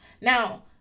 Now